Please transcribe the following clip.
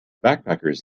backpackers